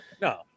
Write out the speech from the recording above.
No